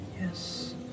Yes